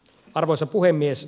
arvoisa puhemies